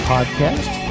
Podcast